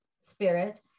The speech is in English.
spirit